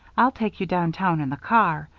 i'll take you downtown in the car.